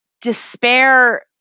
despair